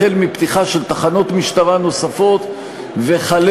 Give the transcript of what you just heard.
החל מפתיחה של תחנות משטרה נוספות וכלה